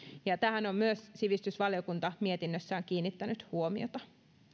ja tähän on myös sivistysvaliokunta mietinnössään kiinnittänyt huomiota